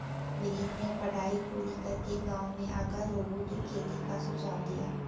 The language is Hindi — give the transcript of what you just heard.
विनीत ने पढ़ाई पूरी करके गांव में आकर रोबोटिक खेती का सुझाव दिया